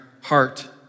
heart